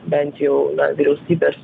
bent jau na vyriausybės